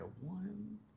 one